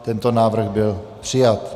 Tento návrh byl přijat.